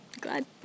Glad